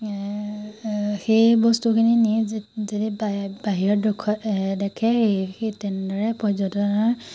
সেই বস্তুখিনি নি যদি বাহিৰত দুখ এ দেখে সেই তেনেদৰে পৰ্যটনৰ